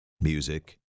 music